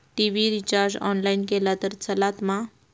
TV recharge online केला तरी चलात मा?